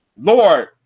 Lord